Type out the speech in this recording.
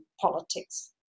politics